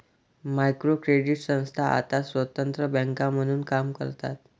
micro credit संस्था आता स्वतंत्र बँका म्हणून काम करतात